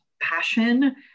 passion